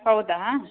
ಹೌದಾ